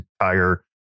entire